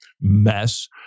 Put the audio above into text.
mess